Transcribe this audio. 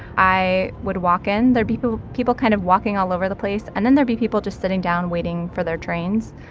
i would walk in. there'd be people kind of walking all over the place, and then there'd be people just sitting down waiting for their trains.